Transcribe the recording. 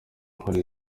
nkuru